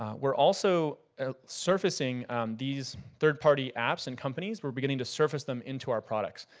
um we're also ah surfacing these third party apps and companies. we're beginning to surface them into our products.